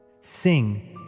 Sing